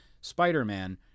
Spider-Man